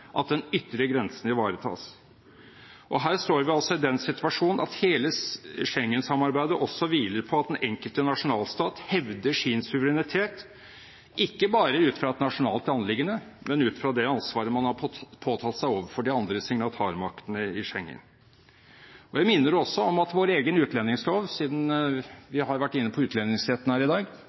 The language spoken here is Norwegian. at den ytre grensen ivaretas. Her står vi altså i den situasjon at hele Schengen-samarbeidet også hviler på at den enkelte nasjonalstat hevder sin suverenitet, ikke bare ut fra et nasjonalt anliggende, men ut fra det ansvaret man har påtatt seg overfor de andre signatarmaktene i Schengen. Jeg minner også om at vår egen utlendingslov – siden vi har vært inne på utlendingsretten her i dag